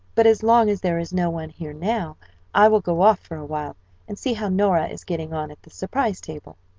but as long as there is no one here now i will go off for a while and see how nora is getting on at the surprise table.